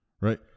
right